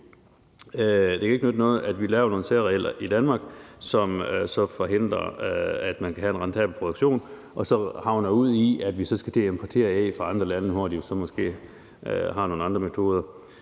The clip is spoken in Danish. Det kan ikke nytte noget, at vi laver nogle særregler i Danmark, som så forhindrer, at vi kan have en rentabel produktion, og at vi så ender ud i, at vi måske skal til at importere æg fra andre lande, hvor de måske bruger nogle andre metoder.